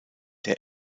der